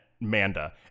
Manda